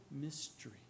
mystery